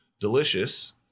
delicious